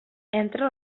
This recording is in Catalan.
entra